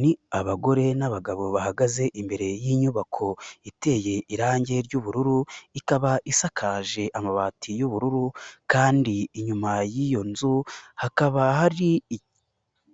Ni abagore n'abagabo bahagaze imbere y'inyubako, iteye irangi ry'ubururu. Ikaba isakaje amabati y'ubururu kandi inyuma y'iyo nzu hakaba hari